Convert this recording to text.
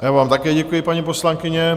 Já vám také děkuji, paní poslankyně.